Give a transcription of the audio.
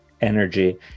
energy